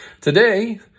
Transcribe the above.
Today